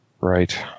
Right